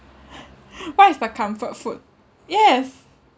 what is my comfort food yes